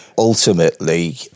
ultimately